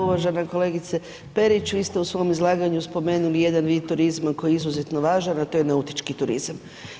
Uvažena kolegice Perić, vi ste u svom izlaganju spomenuli jedan vid turizma koji je izuzetno važan, a to je nautički turizam.